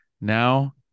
Now